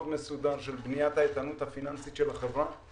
מסודר של בניית האיתנות הפיננסית של החברה,